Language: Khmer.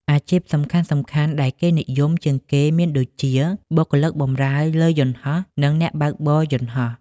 អាជីពសំខាន់ៗដែលគេនិយមជាងគេមានដូចជា បុគ្គលិកបម្រើលើយន្តហោះ និង អ្នកបើកបរយន្តហោះ។